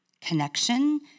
connection